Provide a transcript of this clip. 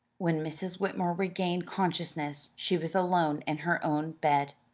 when mrs. whitmore regained consciousness she was alone in her own bed.